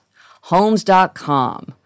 Homes.com